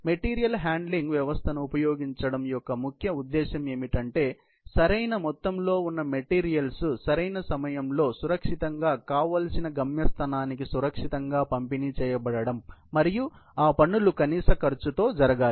material handling వ్యవస్థను ఉపయోగించడం యొక్క ముఖ్య ఉద్దేశ్యం ఏమిటంటే సరైన మొత్తంలో ఉన్న మెటీరియల్స్ సరైన సమయంలో సురక్షితంగా కావలసిన గమ్యస్థానానికి సురక్షితంగా పంపిణీ చేయబడడం మరియు ఆ పనులు కనీస ఖర్చుతో జరగాలి